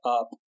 up